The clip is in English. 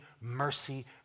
mercy